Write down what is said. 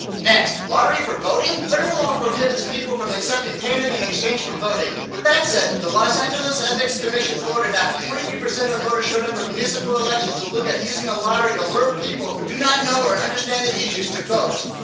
next. lottery for voting? federal law prohibits people from accepting payment in exchange for voting. with that said, the los angeles ethics commission voted, after twenty three percent of voters showed up for municipal elections, to look at using a lottery to lure people, who do not know or understand the issues, to vote.